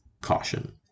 caution